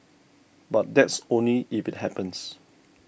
but that's only if it happens